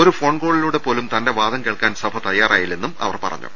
ഒരു ഫോൺ കോളിലൂടെ പോലും തന്റെ വാദം കേൾക്കാൻ സഭ തയാറായിട്ടില്ലെന്നും അവർ പറഞ്ഞു